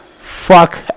fuck